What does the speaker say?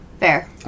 Fair